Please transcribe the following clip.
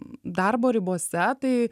darbo ribose tai